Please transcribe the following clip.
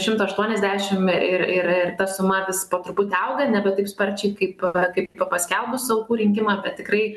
šimtą aštuoniasdešimt ir ir ir ta suma vis po truputį auga nebe taip sparčiai kaip yra kaip paskelbus aukų rinkimą bet tikrai